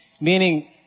Meaning